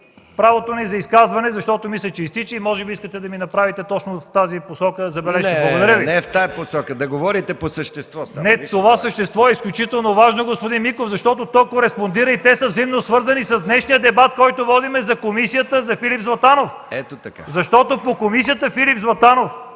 Защото по комисията Филип Златанов